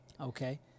Okay